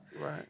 Right